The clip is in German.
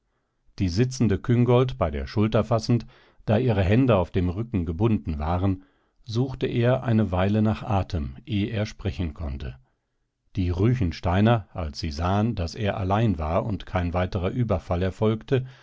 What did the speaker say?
die sitzende küngolt bei der schulter fassend da ihre hände auf dem rücken gebunden waren suchte er eine weile nach atem eh er sprechen konnte die ruechensteiner als sie sahen daß er allein war und kein weiterer überfall erfolgte